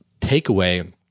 takeaway